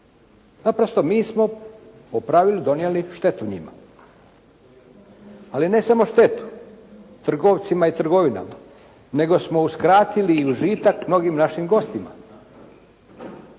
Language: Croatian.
Naprosto mi smo po pravilu donijeli štetu njima, ali ne samo štetu trgovcima i trgovinama nego smo uskratili i užitak mnogim našim gostima.